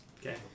Okay